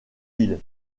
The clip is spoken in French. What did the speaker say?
lille